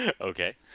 Okay